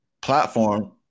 platform